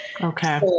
Okay